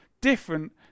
different